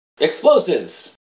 explosives